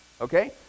okay